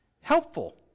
helpful